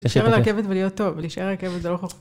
יושב על הרכבת ולהיות טוב, ולהישאר על הרכבת זה לא חוכמה.